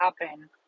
happen